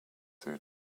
third